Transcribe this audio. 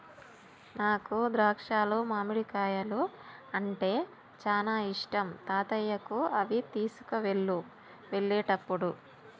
నాకు ద్రాక్షాలు మామిడికాయలు అంటే చానా ఇష్టం తాతయ్యకు అవి తీసుకువెళ్ళు వెళ్ళేటప్పుడు